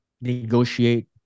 negotiate